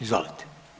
Izvolite.